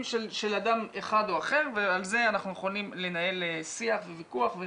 של אדם אחד או אחר ועל זה אנחנו יכולים לנהל שיח וויכוח,